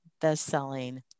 best-selling